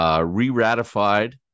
re-ratified